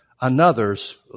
another's